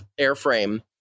airframe